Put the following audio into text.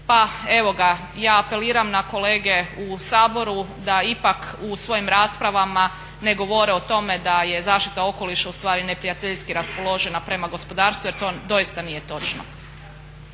Pa evo ga, ja apeliram na kolege u Saboru da ipak u svojim raspravama ne govore o tome da je zaštita okoliša ustvari neprijateljski raspoložena prema gospodarstvu jer to doista nije točno.